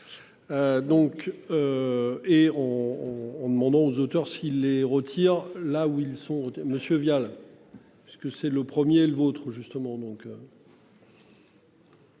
Donc. Et en en demandant aux auteurs. Si les rôtir là où ils sont, monsieur Vial. Puisque c'est le premier le vôtre justement